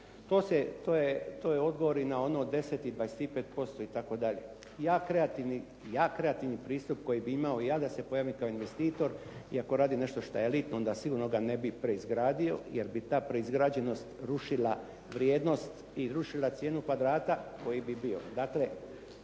To je odgovor na ono 10% i 25% itd. ja kreativni pristup koji bi imao. Ja da se pojavim kao investitor i ako radim nešto što je elitno, onda sigurno ga ne bih preizgradio jer bi ta preizgrađenost rušila vrijednost i rušila cijenu kvadrata koji bi bio.